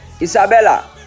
Isabella